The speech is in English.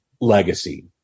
legacy